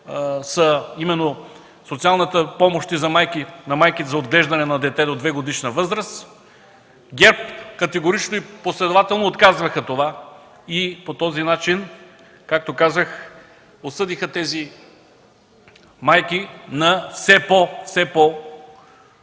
са социалните помощи на майките за отглеждане на дете до двегодишна възраст, ГЕРБ категорично и последователно отказваха това. По този начин, както казах, осъдиха тези майки на все по-труден